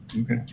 Okay